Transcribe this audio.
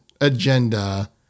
agenda